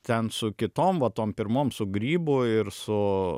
ten su kitom va tom pirmom su grybu ir su